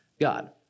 God